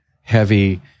heavy